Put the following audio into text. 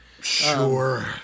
Sure